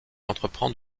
entreprend